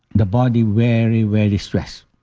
the body very, very stressed.